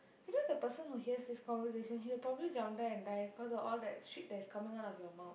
you know the person who hears this conversation here probably jump down and die because of all that shit that is coming out of your mouth